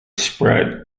spread